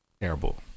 terrible